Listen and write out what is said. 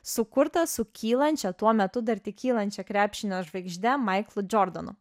sukurtas su kylančia tuo metu dar tik kylančia krepšinio žvaigžde maiklu džordanu